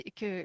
que